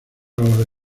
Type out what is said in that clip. los